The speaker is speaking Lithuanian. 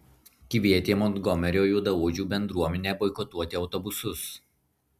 kvietė montgomerio juodaodžių bendruomenę boikotuoti autobusus